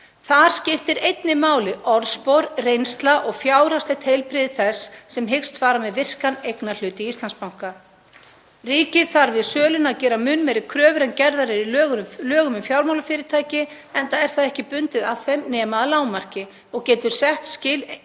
Þar skiptir einnig máli orðspor, reynsla og fjárhagslegt heilbrigði þess sem hyggst fara með virkan eignarhlut í Íslandsbanka. Ríkið þarf við söluna að gera mun meiri kröfur en gerðar eru í lögum um fjármálafyrirtæki, enda er það ekki bundið af þeim nema að lágmarki og getur sett eigin